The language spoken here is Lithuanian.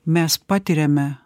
mes patiriame